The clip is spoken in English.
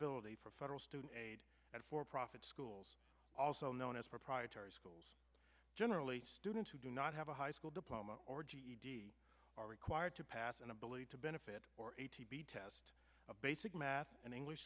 ibility for federal student aid and for profit schools also known as proprietary schools generally students who do not have a high school diploma or ged are required to pass an ability to benefit or test a basic math and english